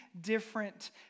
different